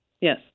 Yes